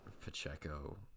Pacheco